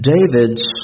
David's